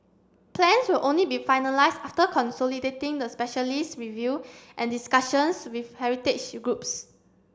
plans will only be finalised after consolidating the specialist review and discussions with heritage groups